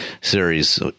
Series